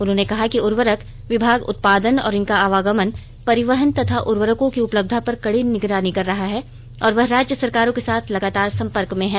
उन्होंने कहा कि उर्वरक विभाग उत्पादन और इनका आवागमन परिवहन तथा उर्वरकों की उपलब्धता पर कड़ी निगरानी कर रहा है और वह राज्य सरकारों के साथ लगातार संपर्क में है